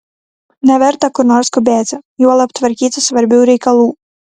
neverta kur nors skubėti juolab tvarkyti svarbių reikalų